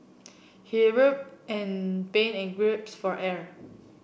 he writhed and be in grapes for air